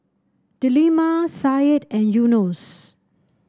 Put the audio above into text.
Delima Said and Yunos